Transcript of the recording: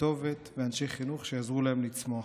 כתובת ואנשי חינוך שיעזרו להם לצמוח,